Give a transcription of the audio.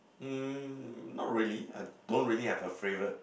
mm not really I don't really have a favourite